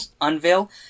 Unveil